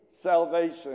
salvation